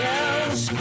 else